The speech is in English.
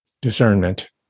Discernment